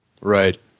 Right